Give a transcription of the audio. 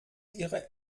ihre